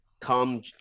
come